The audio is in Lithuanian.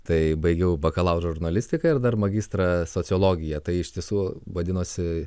tai baigiau bakalaurą žurnalistiką ir dar magistrą sociologiją tai iš tiesų vadinosi